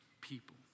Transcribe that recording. people